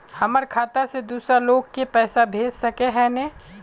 हमर खाता से दूसरा लोग के पैसा भेज सके है ने?